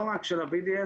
לא רק של ה-BDS,